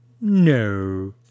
No